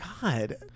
God